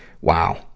Wow